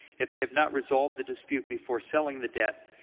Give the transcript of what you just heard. if they have not resolved the dispute before selling the debt,